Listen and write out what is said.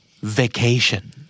vacation